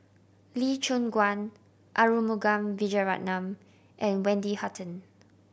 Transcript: Lee Choon Guan Arumugam Vijiaratnam and Wendy Hutton